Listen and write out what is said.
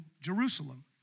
Jerusalem